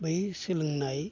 बै सोलोंनाय